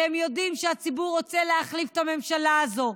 כי הם יודעים שהציבור רוצה להחליף את הממשלה הזו,